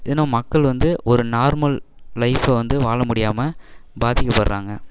இதனா மக்கள் வந்து ஒரு நார்மல் லைஃபை வந்து வாழ முடியாமல் பாதிக்கப்படுறாங்க